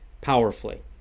powerfully